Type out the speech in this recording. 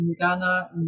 Ghana